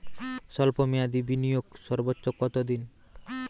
স্বল্প মেয়াদি বিনিয়োগ সর্বোচ্চ কত দিন?